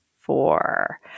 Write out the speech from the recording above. four